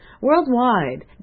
Worldwide